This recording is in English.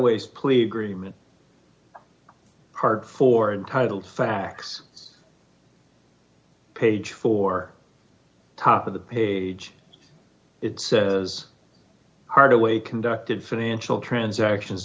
s plea agreement hard for untitled facts page for top of the page it says hardaway conducted financial transactions